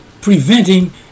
preventing